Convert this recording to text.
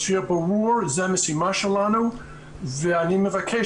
שיהיה ברור שזו המשימה שלנו ואני מבקש,